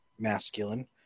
masculine